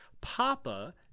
Papa